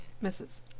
Misses